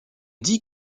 dit